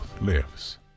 lives